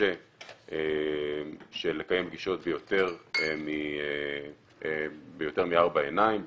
קשה לקיים פגישות ביותר מארבע עיניים,